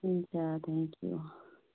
हुन्छ थ्याङ्क्यु